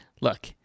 Look